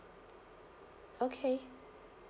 okay